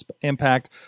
Impact